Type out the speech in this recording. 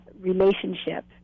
relationship